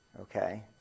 Okay